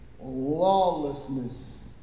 Lawlessness